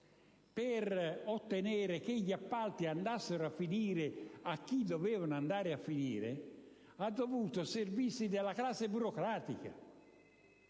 per ottenere che gli appalti andassero a finire a chi dovevano andare, ha dovuto servirsi della classe burocratica.